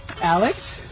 Alex